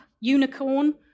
unicorn